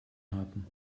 haben